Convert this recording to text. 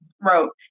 wrote